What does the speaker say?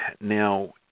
Now